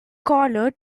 corner